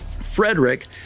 Frederick